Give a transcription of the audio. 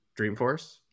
Dreamforce